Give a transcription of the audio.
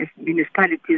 municipalities